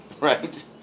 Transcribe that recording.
right